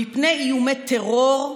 מפני איומי טרור,